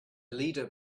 leader